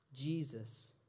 Jesus